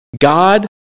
God